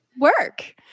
work